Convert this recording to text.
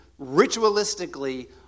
ritualistically